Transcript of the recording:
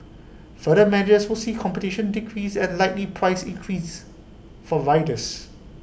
further mergers will see competition decrease and likely price increases for riders